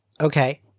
okay